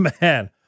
Man